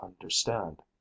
understand